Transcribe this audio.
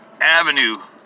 avenue